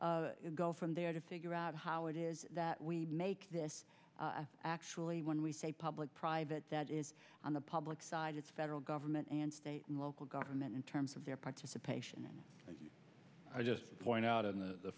can go from there to figure out how it is that we make this actually when we say public private that is on the public side it's federal government and state and local government in terms of their participation i just point out in the